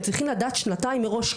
הם צריכים לדעת שנתיים מראש,